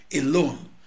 alone